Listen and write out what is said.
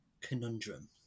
conundrum